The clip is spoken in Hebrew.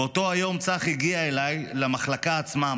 באותו היום צח הגיע אליי למחלקה עצמה,